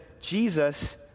Jesus